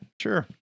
Sure